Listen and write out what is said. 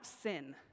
sin